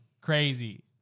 Crazy